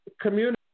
community